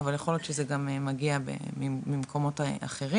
אבל יכול להיות שזה גם מגיע ממקומות אחרים,